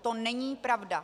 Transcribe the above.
To není pravda.